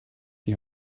die